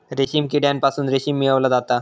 रेशीम किड्यांपासून रेशीम मिळवला जाता